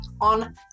on